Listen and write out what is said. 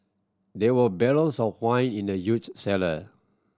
there were barrels of wine in the huge cellar